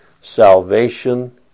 Salvation